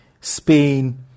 Spain